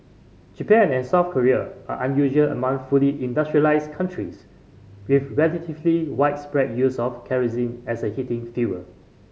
Japan and South Korea are unusual among fully industrialised countries with relatively widespread use of kerosene as a heating fuel